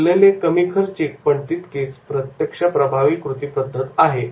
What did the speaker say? ही तुलनेने कमी खर्चिक पण तितकीच प्रभावी प्रत्यक्ष कृती पद्धत आहे